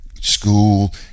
school